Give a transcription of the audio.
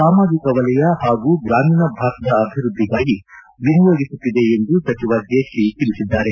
ಸಾಮಾಜಿಕ ವಲಯ ಹಾಗೂ ಗ್ರಾಮೀಣ ಭಾರತದ ಅಭಿವೃದ್ದಿಗಾಗಿ ವಿನಿಯೋಗಿಸುತ್ತಿದೆ ಎಂದು ಸಚಿವ ಜೇಟ್ಲಿ ತಿಳಿಸಿದ್ದಾರೆ